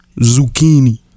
Zucchini